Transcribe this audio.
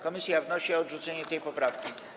Komisja wnosi o odrzucenie tej poprawki.